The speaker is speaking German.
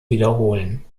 wiederholen